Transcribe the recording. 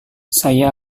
saya